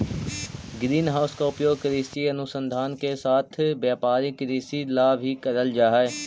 green house का उपयोग कृषि अनुसंधान के साथ साथ व्यापारिक कृषि ला भी करल जा हई